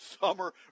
summer